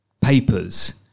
papers